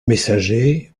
messager